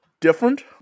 different